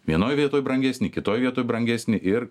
vienoj vietoj brangesnį kitoj vietoj brangesnį ir